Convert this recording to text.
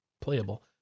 playable